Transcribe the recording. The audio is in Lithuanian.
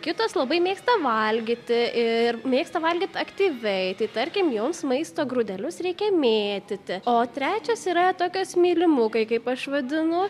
kitos labai mėgti valgyti ir mėgsta valgyt aktyviai tai tarkim joms maisto grūdelius reikia mėtyti o trečios yra tokios mylimukai kaip aš vadinu